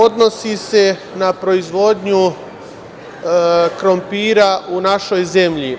Odnosi se na proizvodnju krompira u našoj zemlji.